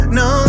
no